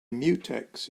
mutex